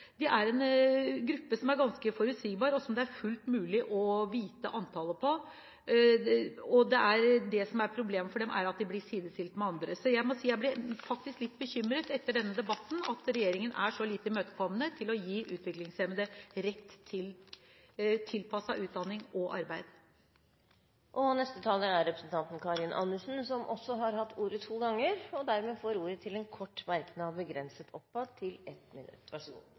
De er en gruppe som er en ganske forutsigbar størrelse, og som det er fullt mulig å vite antallet på. Det som er problemet for dem, er at de blir sidestilt med andre. Jeg må si jeg faktisk blir litt bekymret etter denne debatten over at regjeringen er så lite imøtekommende med å gi utviklingshemmede rett til tilpasset utdanning og arbeid. Karin Andersen har hatt ordet to ganger tidligere og får ordet til en kort merknad, begrenset til 1 minutt. Så